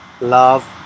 Love